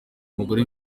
umugore